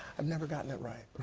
i've never gotten it right.